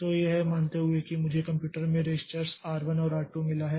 तो यह मानते हुए कि मुझे कंप्यूटर में रेजिस्ट्स R 1 और R 2 मिला है